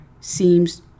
seems